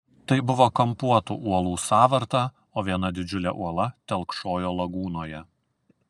tai buvo kampuotų uolų sąvarta o viena didžiulė uola telkšojo lagūnoje